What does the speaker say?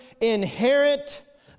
Inherit